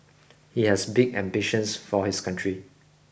he has big ambitions for his country